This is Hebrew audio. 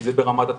זה ברמת התקציב.